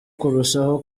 kurushaho